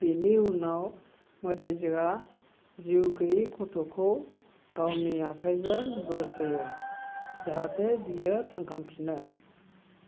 बिनि उनाव मोदाइजोआ जिउ गैयै गथ'खौ गावनि आखायजों बोर होयो जाहाथे बियो थांखांफिनो